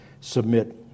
Submit